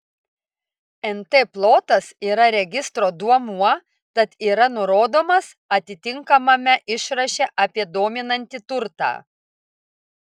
nt plotas yra registro duomuo tad yra nurodomas atitinkamame išraše apie dominantį turtą